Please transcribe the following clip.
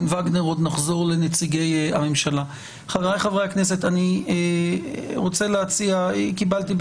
ואדוני חושב שלא ראוי להקרין אותו